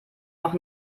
noch